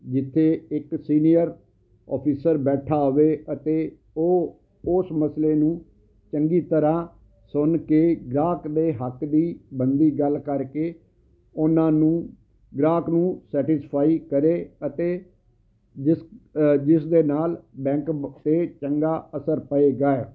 ਜਿੱਥੇ ਇੱਕ senior officer ਬੈਠਾ ਹੋਵੇ ਅਤੇ ਉਹ ਉਸ ਮਸਲੇ ਨੂੰ ਚੰਗੀ ਤਰ੍ਹਾਂ ਸੁਣ ਕੇ ਗਾਹਕ ਦੇ ਹੱਕ ਦੀ ਬਣਦੀ ਗੱਲ ਕਰਕੇ ਉਨ੍ਹਾਂ ਨੂੰ ਗਾਹਕ ਨੂੰ ਸੈਟੀਸਫਾਈ ਕਰੇ ਅਤੇ ਜਿਸ ਜਿਸ ਦੇ ਨਾਲ ਬੈਂਕ 'ਤੇ ਚੰਗਾ ਅਸਰ ਪਏਗਾ